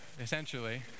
essentially